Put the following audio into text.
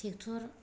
tractor